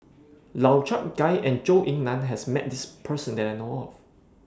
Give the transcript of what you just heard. Lau Chiap Khai and Zhou Ying NAN has Met This Person that I know of